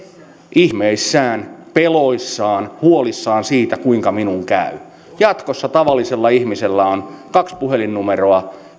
ihmeissään peloissaan huolissaan siitä kuinka minun käy jatkossa tavallisella ihmisellä on kaksi puhelinnumeroa